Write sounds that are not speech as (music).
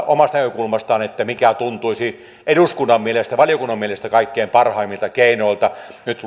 (unintelligible) omasta näkökulmastaan mitkä tuntuisivat eduskunnan mielestä valiokunnan mielestä kaikkein parhaimmilta keinoilta nyt (unintelligible)